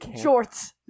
Shorts